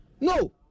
No